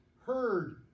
heard